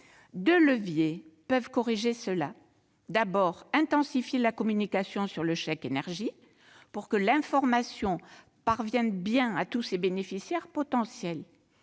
Deux leviers peuvent corriger cela : d'abord, intensifier la communication sur le chèque énergie, pour que l'information parvienne bien à tous ses bénéficiaires potentiels